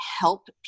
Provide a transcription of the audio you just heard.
help